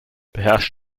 beherrscht